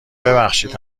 ببخشید